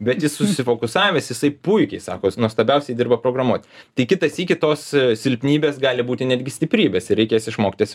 bet jis susifokusavęs jisai puikiai sako jis nuostabiausiai dirbo programuoti tai kitą sykį tos silpnybės gali būti netgi stiprybės ir reikės išmokt jas